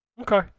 okay